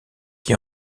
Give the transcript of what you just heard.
qui